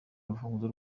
urufunguzo